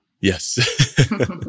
Yes